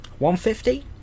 150